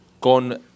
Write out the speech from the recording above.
Con